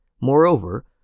Moreover